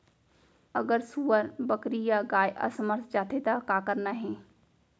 अगर सुअर, बकरी या गाय असमर्थ जाथे ता का करना हे?